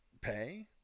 pay